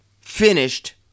finished